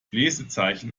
lesezeichen